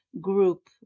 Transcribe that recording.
group